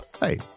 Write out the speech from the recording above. Hey